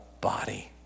body